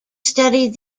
studied